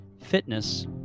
fitness